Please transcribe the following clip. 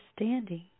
understanding